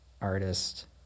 artist